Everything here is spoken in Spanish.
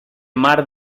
mar